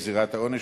בגזירת העונש,